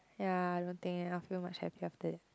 ya routine and I'll feel much happier after it